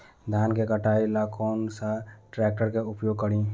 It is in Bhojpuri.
धान के कटाई ला कौन सा ट्रैक्टर के उपयोग करी?